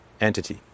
entity